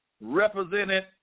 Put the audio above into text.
represented